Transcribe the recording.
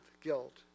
guilt